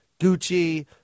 Gucci